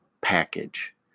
package